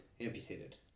amputated